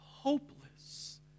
hopeless